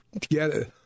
together